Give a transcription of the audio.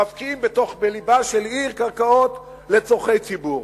מפקיעים בלבה של עיר קרקעות לצורכי ציבור.